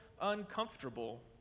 uncomfortable